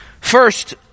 First